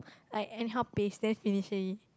I anyhow paste then finish already